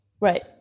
Right